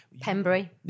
Pembury